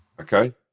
Okay